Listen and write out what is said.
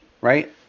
right